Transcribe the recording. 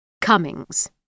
Cummings